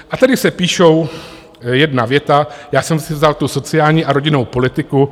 A tady se píše jedna věta, já jsem si vzal tu sociální a rodinnou politiku.